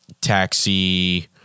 taxi